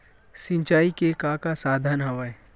सिंचाई के का का साधन हवय?